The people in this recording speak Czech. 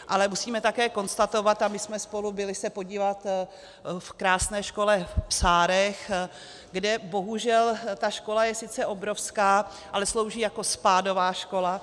Ale musíme také konstatovat, a my jsme se spolu byli podívat v krásné škole v Psárech, kde bohužel ta škola je sice obrovská, ale slouží jako spádová škola.